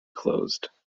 closed